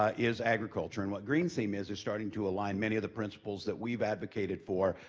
ah is agriculture. and what greenseam is is starting to align many of the principles that we've advocated for,